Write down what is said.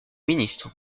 ministre